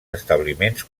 establiments